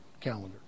calendar